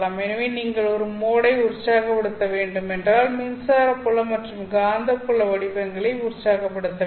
எனவே நீங்கள் ஒரு மோடை உற்சாகப்படுத்த வேண்டும் என்றால் மின்சார புலம் மற்றும் காந்தப்புல வடிவங்களை உற்சாகப்படுத்த வேண்டும்